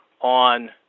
on